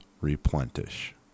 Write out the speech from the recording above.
replenish